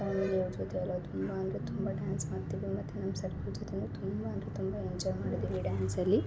ಆಮೇಲೆ ಅದು ಇದೆಯಲ್ಲ ತುಂಬಾ ಅಂದರೆ ತುಂಬ ಡ್ಯಾನ್ಸ್ ಮಾಡ್ತಿದ್ದೆ ಮತ್ತು ನಮ್ಮ ಸರ್ಕ್ಯೂಟ್ ಜೊತೆ ತುಂಬಾ ಅಂದರೆ ತುಂಬ ಎಂಜಾಯ್ ಮಾಡಿದ್ದೀನಿ ಡ್ಯಾನ್ಸಲಿ